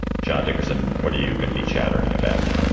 john dickerson, what are you going to be chattering about?